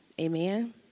amen